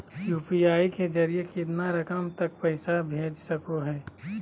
UPI के जरिए कितना रकम तक पैसा भेज सको है?